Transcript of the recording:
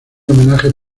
homenaje